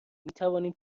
میتوانیم